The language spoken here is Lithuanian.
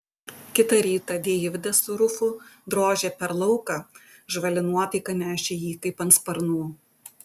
kitą rytą deividas su rufu drožė per lauką žvali nuotaika nešė jį kaip ant sparnų